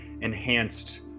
enhanced